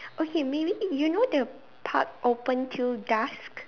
okay maybe you know the park open till dusk